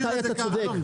מה לא מדויק?